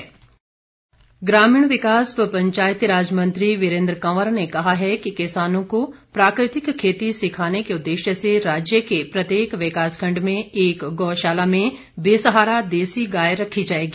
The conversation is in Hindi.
वीरेन्द्र कंवर ग्रामीण विकास व पंचायती राज मंत्री वीरेन्द्र कंवर ने कहा है कि किसानों को प्राकृतिक खेती सिखाने के उद्देश्य से राज्य के प्रत्येक विकास खंड में एक गौशाला में बेसहारा देसी गाय रखी जाएगी